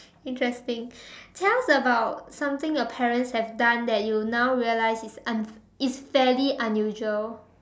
interesting tell us about something your parents have done that you now realize is un~ is fairly unusual